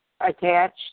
attached